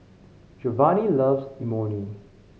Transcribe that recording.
Jovanni loves Imoni